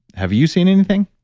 have you seen anything?